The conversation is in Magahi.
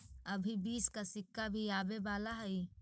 अभी बीस का सिक्का भी आवे वाला हई